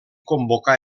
convocar